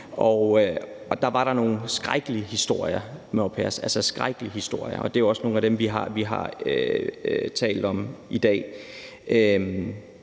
pairer, altså skrækkelige historier, og det er også nogle af dem, vi har talt om i dag.